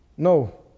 No